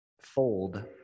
Fold